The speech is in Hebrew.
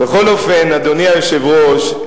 אדוני היושב-ראש,